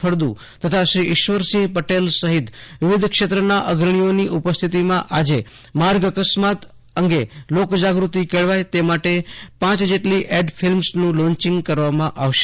ફળદુ તથા ઇશ્વરસિંહ પટેલ સહિત વિવિધ ક્ષેત્રના અગ્રણીઓની ઉપસ્થિતિમાં આવતીકાલે માર્ગ અકસ્માત અંગે લોક જાગૃતિ કેળવાય તે માટે પાંચ જેટલી એડ ફિલ્મોનું લોન્ચિંગ કરવામાં આવનાર છે